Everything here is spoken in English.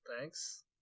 Thanks